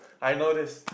I know this